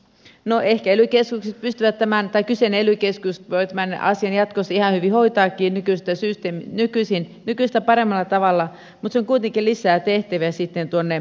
no ehkä kyseinen ely keskus voi tämän asian jatkossa ihan hyvin hoitaakin ja nykyistä paremmalla tavalla mutta se kuitenkin lisää tehtäviä tuonne ely keskukseen